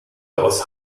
aus